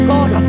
God